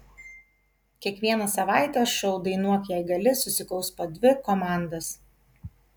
kiekvieną savaitę šou dainuok jei gali susikaus po dvi komandas